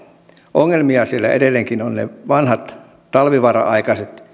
ongelmia siellä edelleenkin on ne vanhat talvivaaran aikaiset